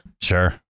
sure